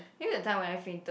here's a time when I fainted